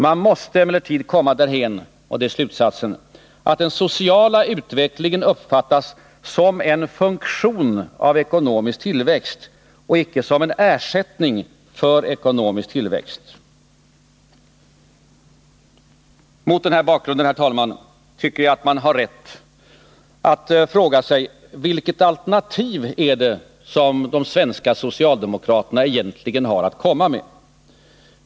Man måste emellertid komma därhän — detta är hans slutsats — att den sociala utvecklingen uppfattas som en funktion av ekonomisk tillväxt och icke som en ersättning för ekonomisk tillväxt. Herr talman! Mot den här bakgrunden tycker jag att man har rätt att fråga sig vilket alternativ det är som de svenska socialdemokraterna har att komma med.